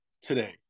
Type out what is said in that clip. today